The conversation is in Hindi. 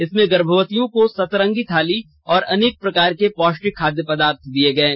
इसमें गर्भवतियों को सतरंगी थाली और अनेक प्रकार के पौष्टिक खाद्य पदार्थ दिये गये